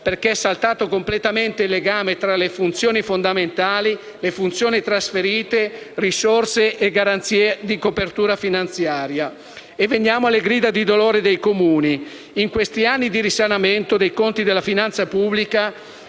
perché è saltato completamente il legame tra funzioni fondamentali, funzioni trasferite, risorse e garanzie di copertura finanziaria. Veniamo ora alle grida di dolore dei Comuni. In questi anni di risanamento dei conti della finanza pubblica